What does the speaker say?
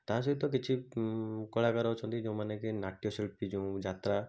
ତା ସହିତ କିଛି କଳାକାର ଅଛନ୍ତି ଯୋଉମାନେ କି ନାଟ୍ୟ ଶିଳ୍ପୀ ଯୋଉ ଯାତ୍ରା